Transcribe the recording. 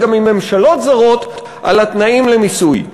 גם עם ממשלות זרות על התנאים למיסוי.